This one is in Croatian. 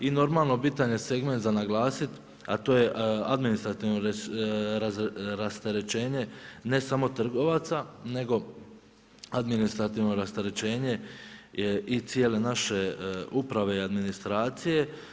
I normalno bitan je segment za naglasit, a to je administrativno rasterećenje, ne samo trgovaca, nego administrativno rasterećenje je i cijele naše uprave i administracije.